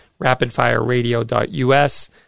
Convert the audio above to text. rapidfireradio.us